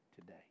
today